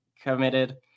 committed